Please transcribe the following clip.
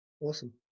Awesome